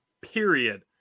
Period